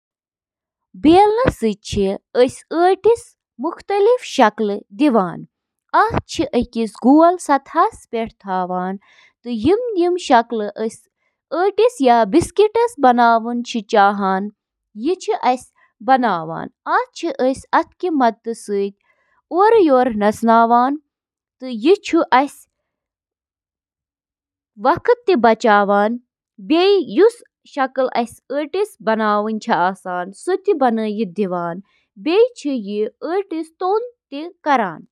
Hair dryer, چُھ اکھ electro mechanical آلہ یُس نم مَس پیٹھ محیط یا گرم ہوا چُھ وایان تاکہِ مَس خۄشٕک کرنہٕ خٲطرٕ چُھ آبُک بخارات تیز گژھان۔ ڈرائر چِھ پرتھ سٹرینڈ اندر عارضی ہائیڈروجن بانڈن ہنٛز تشکیل تیز تہٕ کنٹرول کرتھ، مس ہنٛز شکل تہٕ اندازس پیٹھ بہتر کنٹرولس قٲبل بناوان۔